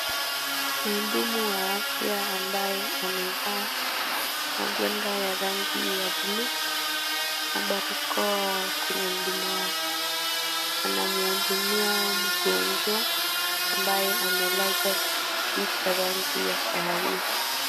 Mhudumu wa afya ambaye amevaa maguanda ya rangi ya blue na barakoa kwenye mdomo wake. Anamhudumia mgonjwa ambaye amelazwa kwa kiti cha rangi ya kahawia.